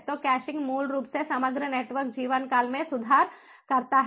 तो कैशिंग मूल रूप से समग्र नेटवर्क जीवनकाल में सुधार करता है